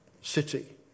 city